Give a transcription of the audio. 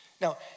Now